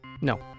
No